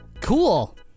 Cool